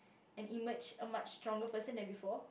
and emerged a much stronger person than before